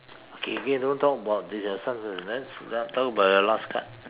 okay okay don't talk about this ah start first let's talk about your last card